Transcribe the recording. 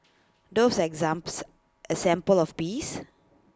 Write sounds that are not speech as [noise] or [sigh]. doves are [unintelligible] A symbol of peace